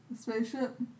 spaceship